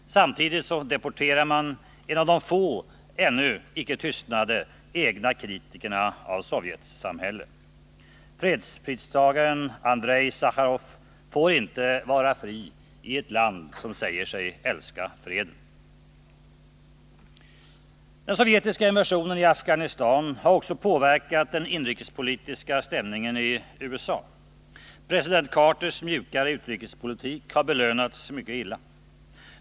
Samtidigt deporterar man en av de få ännu inte tystade egna kritikerna av sovjetsamhället. Fredspristagaren Andrei Sacharov får inte vara fri i ett land som säger sig älska freden. Den sovjetiska invasionen i Afghanistan har ockå påverkat den inrikespolitiska stämningen i USA. President Carters mjukare utrikespolitik har belönats illa.